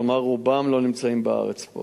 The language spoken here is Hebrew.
כלומר, רובן לא נמצאות בארץ פה,